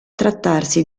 trattarsi